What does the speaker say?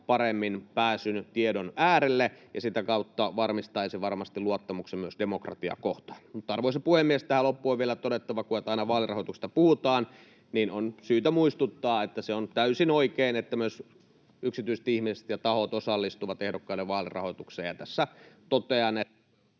paremmin pääsyn tiedon äärelle ja sitä kautta varmistaisi varmasti luottamuksen myös demokratiaa kohtaan. Arvoisa puhemies! Tähän loppuun on vielä todettava, että aina kun vaalirahoituksesta puhutaan, niin on syytä muistuttaa, että se on täysin oikein, että myös yksityiset ihmiset ja tahot osallistuvat ehdokkaiden vaalirahoitukseen, ja tässä totean, että